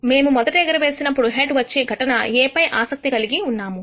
మేము మొదట ఎగరవేసినప్పుడు హెడ్ వచ్చే ఘటన A పై ఆసక్తి కలిగి ఉన్నాము